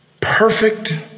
Perfect